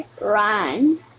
run